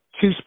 Two